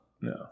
no